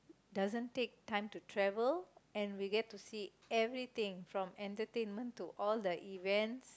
doesn't take time to travel and we get to see everything from entertainment to all the event